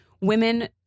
women